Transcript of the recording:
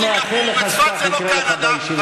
תסתכל לתושבי הפריפריה בעיניים.